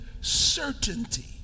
certainty